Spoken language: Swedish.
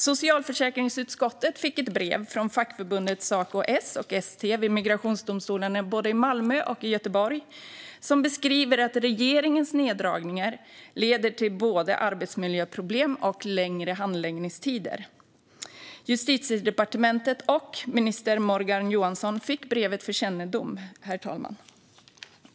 Socialförsäkringsutskottet fick ett brev från fackförbunden Saco-S och ST vid migrationsdomstolarna i Malmö och Göteborg som beskriver att regeringens neddragningar leder till både arbetsmiljöproblem och längre handläggningstider. Justitiedepartementet och minister Morgan Johansson fick brevet för kännedom, herr talman.